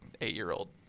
eight-year-old